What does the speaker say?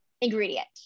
ingredient